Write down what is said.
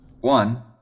one